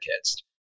kids